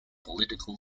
political